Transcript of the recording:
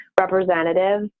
representative